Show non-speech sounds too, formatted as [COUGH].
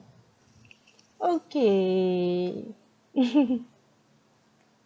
okay [LAUGHS]